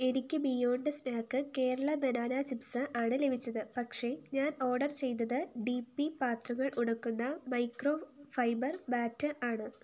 എനിക്ക് Beyond Snack Kerala banana chips ആണ് ലഭിച്ചത് പക്ഷേ ഞാൻ ഓർഡർ ചെയ്തത് ഡി പി പാത്രങ്ങൾ ഉണക്കുന്ന മൈക്രോഫൈബർ ബാറ്റ് ആണ്